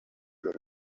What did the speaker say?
heard